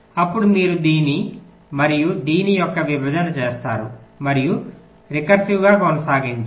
అప్పుడు మీరు దీని మరియు దీని యొక్క విభజన చేస్తారు మరియు పునరావృతంగా కొనసాగండి